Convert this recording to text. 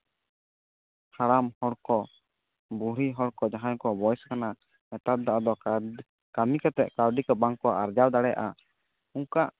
ᱦᱟᱲᱟᱢ ᱦᱚᱲ ᱠᱚ ᱵᱩᱲᱦᱤ ᱦᱚᱲ ᱠᱚ ᱡᱟᱦᱟᱸᱭ ᱠᱚ ᱵᱚᱭᱮᱥ ᱟᱠᱟᱱᱟ ᱱᱮᱛᱟᱨ ᱫᱚ ᱟᱫᱚ ᱠᱟᱹᱢᱤ ᱠᱟᱛᱮ ᱠᱟᱹᱣᱰᱤ ᱠᱚ ᱵᱟᱝᱠᱚ ᱟᱨᱡᱟᱣ ᱫᱟᱲᱮᱜᱼᱟ ᱚᱝᱠᱟ